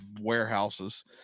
warehouses